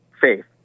faith